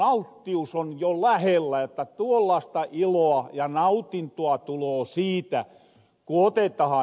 alttius on jo lähellä että tuollaasta iloa ja nautintoa tuloo siitä ku otetahan